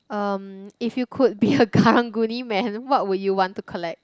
um if you could be a Karang-Guni man what would you want to collect